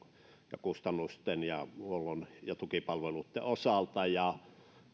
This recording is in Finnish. ja kustannusten ja huollon ja tukipalveluitten osalta